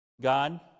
God